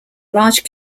large